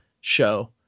show